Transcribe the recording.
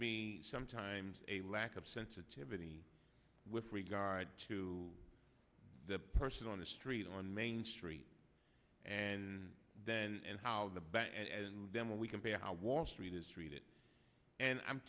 be sometimes a lack of sensitivity with regard to the person on the street on main street and then and how the bank and then we compare how wall street is treated and i'm